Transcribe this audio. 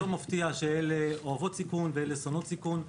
לא מפתיע שאלה אוהבות סיכון ואלה שונאות סיכון,